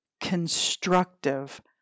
constructive